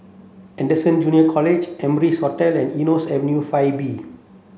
Anderson Junior College Amrise Hotel and Eunos Avenue five B